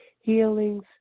healings